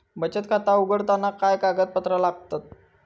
बचत खाता उघडताना काय कागदपत्रा लागतत?